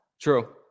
True